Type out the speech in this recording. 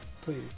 Please